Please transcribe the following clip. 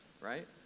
Right